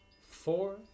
four